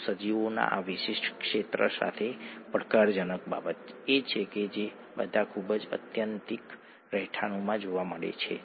તો ચાલો આપણે આ પ્રક્રિયાને થોડી વિગતવાર જોઈએ એડીપી એટીપીમાં રૂપાંતરિત થાય છે